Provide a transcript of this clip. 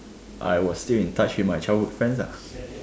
I was still in touch with my childhood friends ah